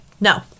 No